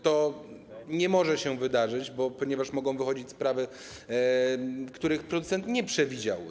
To nie może się wydarzyć, ponieważ mogą wychodzić sprawy, których producent nie przewidział.